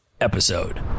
episode